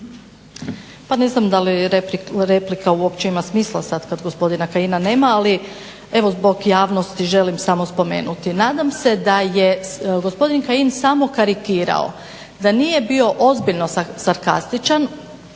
Pa ne znam da li replika uopće ima smisla sad kad gospodina Kajina nema, ali evo zbog javnosti želim samo spomenuti. Nadam se da je gospodin Kajin samo karikirao, da nije bio ozbiljno sarkastičan